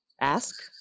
Ask